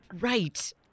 Right